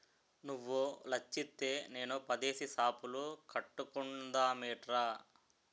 నువ్వో లచ్చిత్తే నేనో పదేసి సాపులు కట్టుకుందమేట్రా